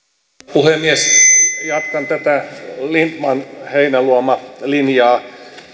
puhemies jatkan tätä lindtman heinäluoma linjaa